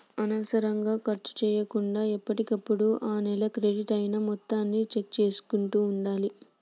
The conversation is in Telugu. అనవసరంగా ఖర్చు చేయకుండా ఎప్పటికప్పుడు ఆ నెల క్రెడిట్ అయిన మొత్తాన్ని చెక్ చేసుకుంటూ ఉండాలి